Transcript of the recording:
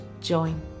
join